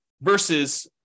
versus